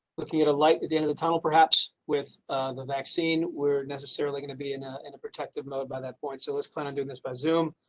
looking at a light at the end of the tunnel, perhaps with the vaccine, we're necessarily going to be in ah in a protective mode by that point. so, let's plan on doing this by zoom